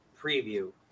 preview